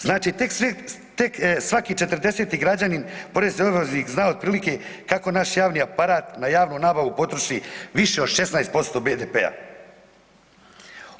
Znači tek svaki 40 građanin, porezni obveznik zna otprilike kako naš javni aparat na javnu nabavu potroši više od 16% BDP-a.